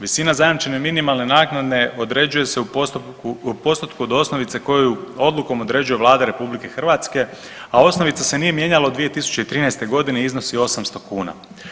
Visina zajamčene minimalne naknade određuje se u postotku od osnovice koju odlukom određuje Vlada RH, a osnovica se nije mijenjala od 2013.g. i iznosi 800 kuna.